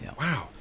wow